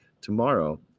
tomorrow